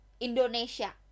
indonesia